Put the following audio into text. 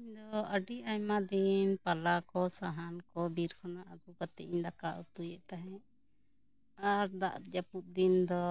ᱤᱧ ᱫᱚ ᱟᱹᱰᱤ ᱟᱭᱢᱟ ᱫᱤᱱ ᱯᱟᱞᱟ ᱠᱚ ᱥᱟᱦᱟᱱ ᱠᱚ ᱵᱤᱨ ᱠᱷᱚᱱᱟᱜ ᱟᱹᱜᱩ ᱠᱟᱛᱮᱜ ᱤᱧ ᱫᱟᱠᱟ ᱩᱛᱩᱭᱮᱜ ᱛᱟᱦᱮᱸᱜ ᱟᱨ ᱫᱟᱜ ᱡᱟᱹᱯᱩᱫ ᱫᱤᱱ ᱫᱚ